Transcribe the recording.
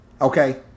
Okay